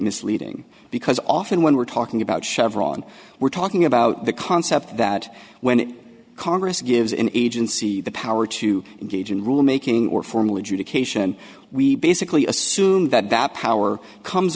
misleading because often when we're talking about chevron we're talking about the concept that when congress gives an agency the power to engage in rule making or formal adjudication we basically assume that that power comes